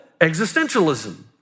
existentialism